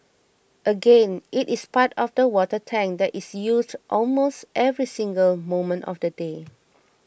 again it is part of the water tank that is used almost every single moment of the day